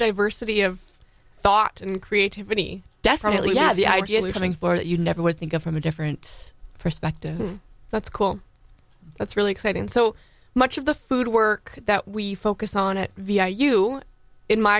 diversity of thought and creativity definitely yes the idea of going for that you never would think of from a different perspective that's cool that's really exciting so much of the food work that we focus on it via you in my